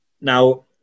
Now